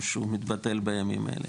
שמתבטל בימים אלה.